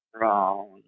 wrong